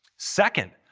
second,